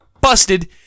busted